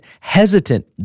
hesitant